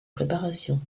préparations